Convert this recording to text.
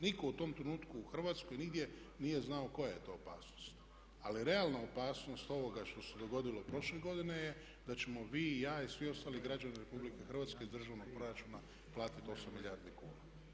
Nitko u tom trenutku u Hrvatskoj nigdje nije znao koja je to opasnost, ali je realna opasnost ovoga što se dogodilo prošle godine je da ćemo vi i ja i svi ostali građani Republike Hrvatske iz državnog proračuna platiti 8 milijardi kuna.